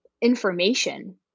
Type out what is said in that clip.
information